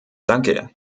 danke